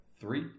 three